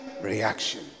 reaction